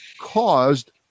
caused